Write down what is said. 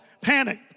panic